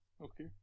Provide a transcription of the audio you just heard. Okay